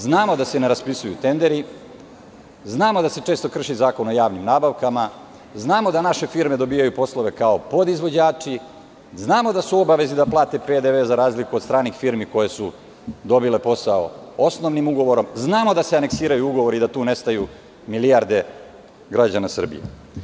Znamo da se ne raspisuju tenderi, znamo da se često krši Zakon o javnim nabavkama, znamo da naše firme dobijaju poslove kao podizvođači, znamo da su u obavezi da plate PDV za razliku od stranih firme koje su dobile posao osnovnim ugovorom, znamo da se aneksiraju ugovori, da tu nestaju milijarde građana Srbije.